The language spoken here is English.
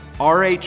RH